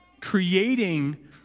creating